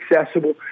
accessible